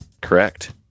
Correct